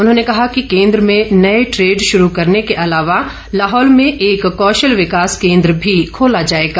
उन्होंने कहा कि केन्द्र में नए ट्रेड शुरू करने के अलावा लाहौल में एक कौशल विकास केन्द्र भी खोला जाएगा